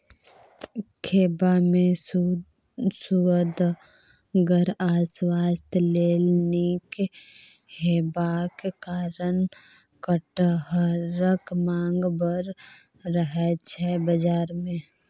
खेबा मे सुअदगर आ स्वास्थ्य लेल नीक हेबाक कारणेँ कटहरक माँग बड़ रहय छै बजार मे